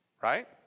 Right